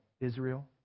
Israel